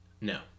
No